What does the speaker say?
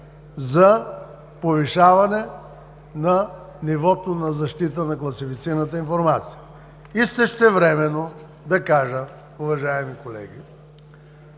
за повишаване на нивото на защита на класифицираната информация. Същевременно ще кажа, уважаеми колеги,